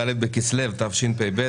ד' בכסלו התשפ"ב,